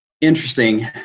interesting